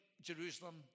Jerusalem